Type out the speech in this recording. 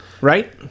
Right